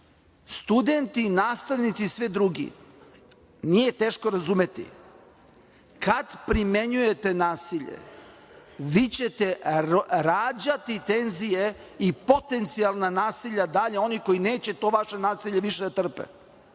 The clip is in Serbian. mogu. Studenti, nastavnici i svi drugi, nije teško razumeti kad primenjujete nasilje, vi ćete rađati tenzije i potencijalna nasilja dalja onih koji neće to vaše nasilje više da